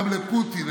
גם לפוטין,